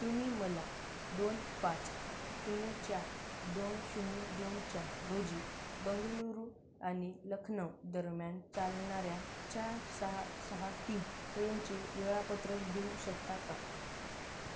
तुम्ही मला दोन पाच शून्य चार दोन शून्य दोन चार रोजी बंगळुरू आणि लखनौ दरम्यान चालणाऱ्या चार सहा सहा तीन ट्रेनचे वेळापत्रक देऊ शकता का